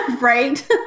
Right